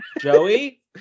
Joey